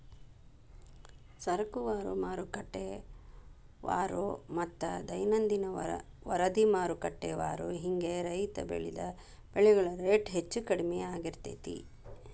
ಸರಕುವಾರು, ಮಾರುಕಟ್ಟೆವಾರುಮತ್ತ ದೈನಂದಿನ ವರದಿಮಾರುಕಟ್ಟೆವಾರು ಹಿಂಗ ರೈತ ಬೆಳಿದ ಬೆಳೆಗಳ ರೇಟ್ ಹೆಚ್ಚು ಕಡಿಮಿ ಆಗ್ತಿರ್ತೇತಿ